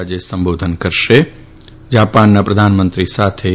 આજે સંબોધન કરશેજાપાનના પ્રધાનમંત્રી સાથે દ્વિ